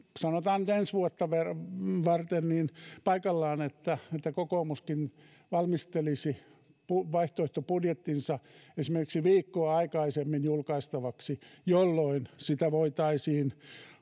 sanotaan nyt ensi vuotta varten paikallaan että kokoomuskin valmistelisi vaihtoehtobudjettinsa esimerkiksi viikkoa aikaisemmin julkaistavaksi jolloin sitä voitaisiin